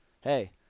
hey